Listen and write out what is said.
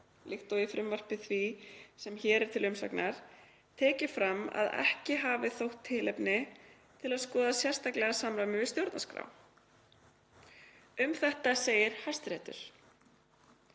líkt og í frumvarpi því sem hér er til umsagnar, tekið fram að ekki hafi þótt tilefni til að skoða sérstaklega samræmi við stjórnarskrá. Um þetta segir Hæstiréttur: